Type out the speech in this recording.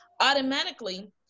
automatically